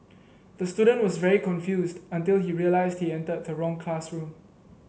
the student was very confused until he realised he entered the wrong classroom